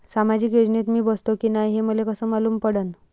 सामाजिक योजनेत मी बसतो की नाय हे मले कस मालूम पडन?